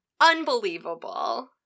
Unbelievable